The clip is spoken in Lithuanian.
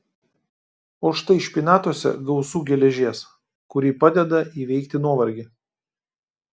o štai špinatuose gausu geležies kuri padeda įveikti nuovargį